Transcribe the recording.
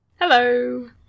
Hello